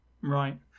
Right